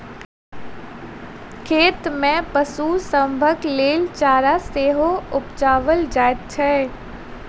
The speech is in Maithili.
खेत मे पशु सभक लेल चारा सेहो उपजाओल जाइत छै